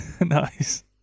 Nice